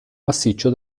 massiccio